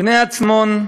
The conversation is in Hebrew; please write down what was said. בני-עצמון,